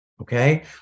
Okay